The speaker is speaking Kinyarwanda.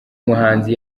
muhanzi